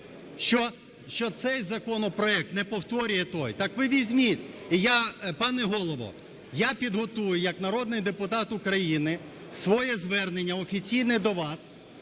що цей законопроект не повторює той. Так ви візьміть, і я, пане Голово, підготую як народний депутат України своє звернення офіційне до вас